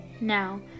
Now